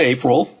April